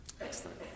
Excellent